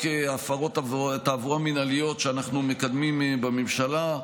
הפרות תעבורה מינהליות שאנחנו מקדמים בממשלה,